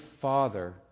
father